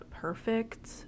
perfect